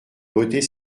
voter